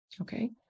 Okay